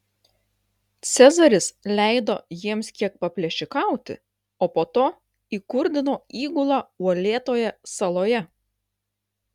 cezaris leido jiems kiek paplėšikauti o po to įkurdino įgulą uolėtoje saloje